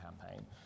campaign